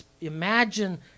imagine